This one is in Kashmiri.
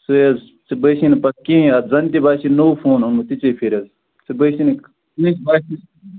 ژےٚ حظ ژےٚ باسی نہٕ پَتہٕ کِہیٖنٛۍ اَتھ زن تہِ باسہِ پَتہٕ نوٚو فون اوٚنمُت تِژھٕے پھِرِ حظ ژےٚ باسی نہٕ کٕہنٛی باسہِ نہٕ